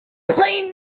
playing